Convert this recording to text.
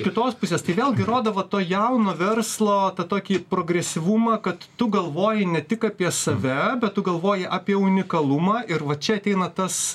kitos pusės tai vėlgi rodo va to jauno verslo tą tokį progresyvumą kad tu galvoji ne tik apie save bet tu galvoji apie unikalumą ir va čia ateina tas